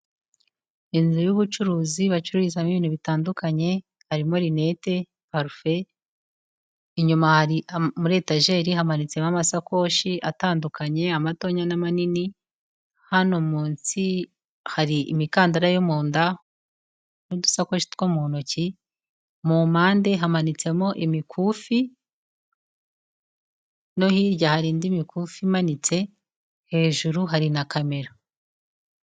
Inzu y'ubucuruzi bacururizamo ibintu bitandukanye harimo amarineti, parufe inyuma muri etajeri hamanitsemo amasakoshi atandukanye amatoya n’amanini hano munsi hari imikandara yo mu nda n'udusakoshi two mu ntoki mu mpande hamanitsemo imikufi no hirya hari indi mikufi imanitse hejuru hari na kamera.